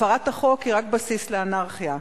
הפרת החוק היא רק בסיס לאנרכיה,